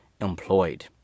employed